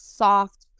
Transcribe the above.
soft